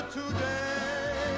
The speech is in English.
today